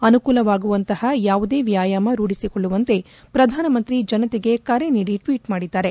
ಅನುಕೂಲವಾಗುವಂತಪ ಯಾವುದೆ ವ್ಲಾಯಾಮ ರೂಢಿಸಿಕೊಳ್ಳುವಂತೆ ಪ್ರಧಾನಮಂತ್ರಿ ಜನತೆಗೆ ಕರೆ ನೀಡಿ ಟ್ವೀಟ್ ಮಾಡಿದ್ದಾರೆ